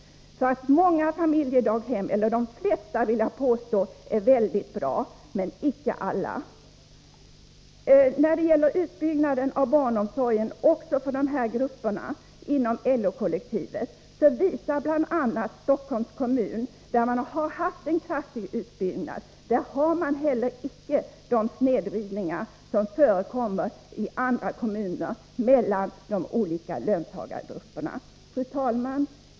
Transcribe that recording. Många familjedaghem — de flesta, vill jag påstå — är mycket bra, men icke alla. När det gäller utbyggnaden av barnomsorgen också för grupperna inom LO-kollektivet visar bl.a. uppgifter från Stockholms kommun, där man har haft en kraftig utbyggnad, att man där icke har de snedvridningar som förekommer i andra kommuner mellan de olika löntagargrupperna. Fru talman!